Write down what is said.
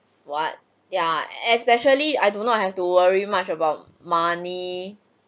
what yeah especially I do not have to worry much about money